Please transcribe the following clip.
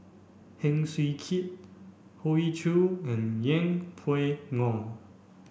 Heng Swee Keat Hoey Choo and Yeng Pway Ngon